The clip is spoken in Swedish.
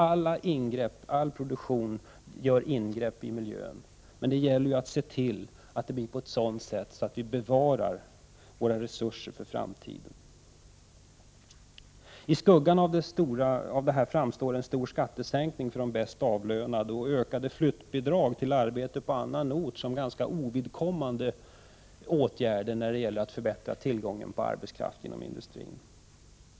All produktion gör ingrepp i miljön, men det gäller att se till att det blir på ett sådant sätt att vi bevarar våra resurser för framtiden. I skuggan av detta framstår en stor skattesänkning för de bäst avlönade och ökade flyttbidrag till arbete på annan ort som ganska ovidkommande åtgärder när det gäller att förbättra tillgången på arbetskraft inom industrin.